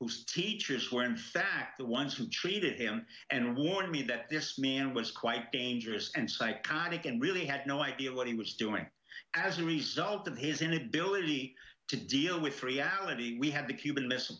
whose teachers were in fact the ones who treated him and warned me that this man was quite dangerous and psychotic and really had no idea what he was doing as a result of his inability to deal with reality we had the cuban missile